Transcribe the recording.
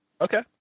Okay